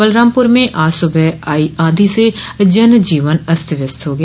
बलरामपुर में आज सुबह आई आंधी से जनजीवन अस्त व्यस्त हो गया